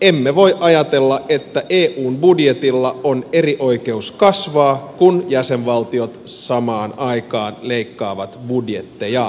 emme voi ajatella että eun budjetilla on eri oikeus kasvaa kun jäsenvaltiot samaan aikaan leikkaavat budjettejaan